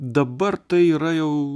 dabar tai yra jau